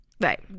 Right